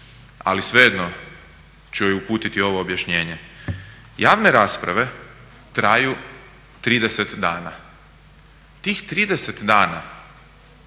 ali svejedno ću joj uputiti ovo objašnjenje. Javne rasprave traju 30 dana. Tih 30 dana